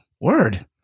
Word